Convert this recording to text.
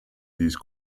these